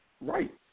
right